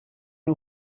nhw